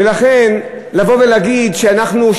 ולכן לבוא ולהגיד שאנחנו,